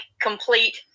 complete